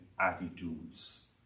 attitudes